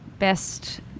best